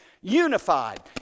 Unified